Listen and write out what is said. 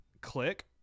Click